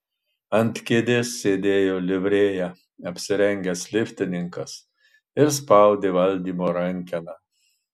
ant kėdės sėdėjo livrėja apsirengęs liftininkas ir spaudė valdymo rankeną